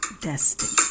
Destiny